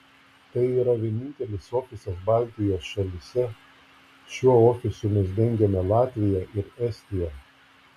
tai yra vienintelis ofisas baltijos šalyse šiuo ofisu mes dengiame latviją ir estiją